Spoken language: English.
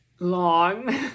Long